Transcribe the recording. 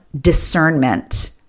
discernment